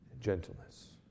Gentleness